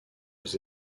aux